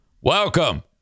Welcome